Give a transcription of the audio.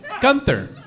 Gunther